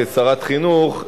כשרת החינוך,